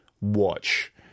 watch